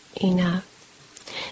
enough